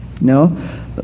No